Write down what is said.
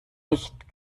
nicht